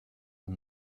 and